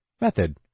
Method